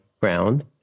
ground